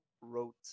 wrote